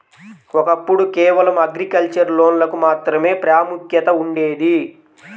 ఒకప్పుడు కేవలం అగ్రికల్చర్ లోన్లకు మాత్రమే ప్రాముఖ్యత ఉండేది